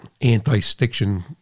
anti-stiction